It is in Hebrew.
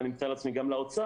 ואני מתאר לעצמי גם לאוצר,